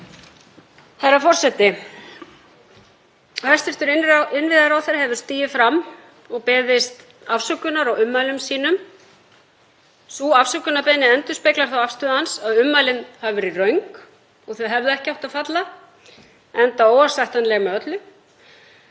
Herra forseti: Hæstv. innviðaráðherra hefur stigið fram og beðist afsökunar á ummælum sínum. Sú afsökunarbeiðni endurspeglar þá afstöðu hans að ummælin hafi verið röng og þau hefðu ekki átt að falla enda óásættanleg með öllu.